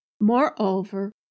Moreover